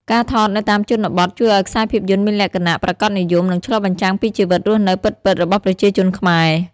ការថតនៅតាមជនបទជួយឲ្យខ្សែភាពយន្តមានលក្ខណៈ ប្រាកដនិយម និងឆ្លុះបញ្ចាំងពីជីវិតរស់នៅពិតៗ របស់ប្រជាជនខ្មែរ។